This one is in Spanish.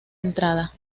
entrada